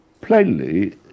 plainly